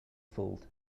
fooled